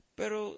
pero